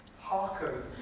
Hearken